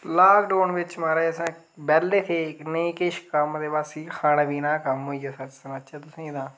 lockdown बिच्च महाराज असैं बेह्ले थे नेईं किश कम्म ते बस इयै खाने पीने दा कम्म होई गेआ केह् सनाचै तुसेंगी तां